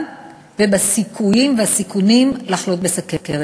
ובסיכויים והסיכונים לחלות בסוכרת.